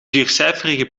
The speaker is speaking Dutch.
viercijferige